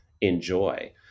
enjoy